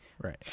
Right